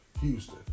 Houston